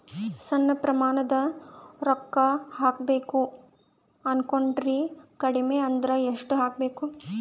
ಸಣ್ಣ ಪ್ರಮಾಣದ ರೊಕ್ಕ ಹಾಕಬೇಕು ಅನಕೊಂಡಿನ್ರಿ ಕಡಿಮಿ ಅಂದ್ರ ಎಷ್ಟ ಹಾಕಬೇಕು?